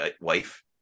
wife